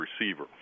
receiver